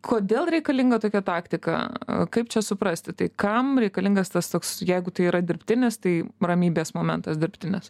kodėl reikalinga tokia taktika kaip čia suprasti tai kam reikalingas tas toks jeigu tai yra dirbtinis tai ramybės momentas dirbtinis